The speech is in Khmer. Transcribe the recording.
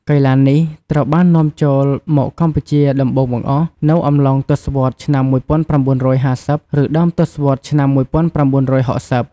កីឡានេះត្រូវបាននាំចូលមកកម្ពុជាដំបូងបង្អស់នៅ អំឡុងទសវត្សរ៍ឆ្នាំ១៩៥០ ឬដើមទសវត្សរ៍ឆ្នាំ១៩៦០ ។